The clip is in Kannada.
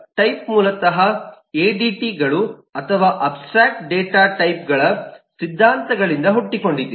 ಟೈಪ್ ಮೂಲತಃ ಎಡಿಟಿಗಳು ಅಥವಾ ಅಬ್ಸ್ಟ್ರ್ಯಾಕ್ಟ್ ಡೇಟಾ ಟೈಪ್ ಗಳ ಸಿದ್ಧಾಂತಗಳಿಂದ ಹುಟ್ಟಿಕೊಂಡಿದೆ